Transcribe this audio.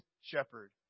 shepherd